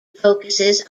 focuses